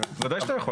ודאי שאתה יכול.